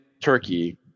Turkey